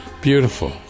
Beautiful